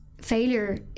failure